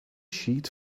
sheet